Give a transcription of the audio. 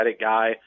guy